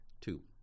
Two